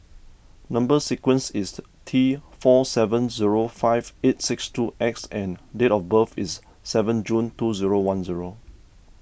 Number Sequence is T four seven zero five eight six two X and date of birth is seven June two zero one zero